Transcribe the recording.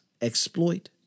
exploit